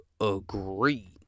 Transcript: agree